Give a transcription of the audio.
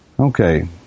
Okay